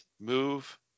move